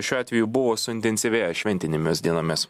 šiuo atveju buvo suintensyvėję šventinėmis dienomis